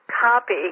copy